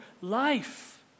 life